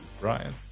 Brian